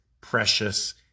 precious